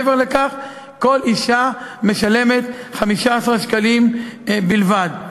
מעבר לכך כל אישה משלמת 15 שקלים בלבד.